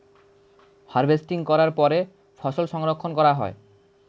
harvesting করার পরে ফসল সংরক্ষণ করা হয়